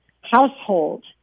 household